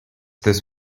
this